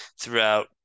throughout